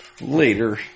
Later